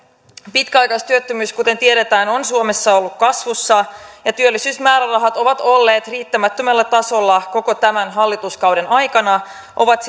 pitkäaikaistyöttömyys kuten tiedetään on suomessa ollut kasvussa ja työllisyysmäärärahat ovat olleet riittämättömällä tasolla koko tämän hallituskauden ajan ovat